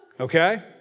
Okay